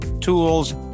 tools